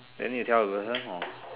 then you need to tell the person or